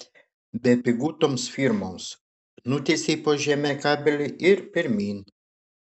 bepigu toms firmoms nutiesei po žeme kabelį ir pirmyn